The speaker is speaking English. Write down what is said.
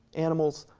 animals,